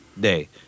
day